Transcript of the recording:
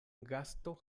gasto